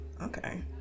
Okay